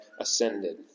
ascended